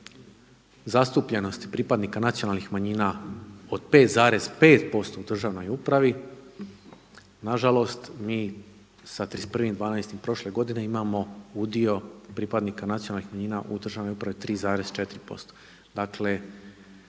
zastupljenosti pripadnika nacionalnih manjina od 5,5% u državnoj upravi. Na žalost mi sa 31.12. prošle godine imamo udio pripadnika nacionalnih manjina u državnoj upravi 3,4%.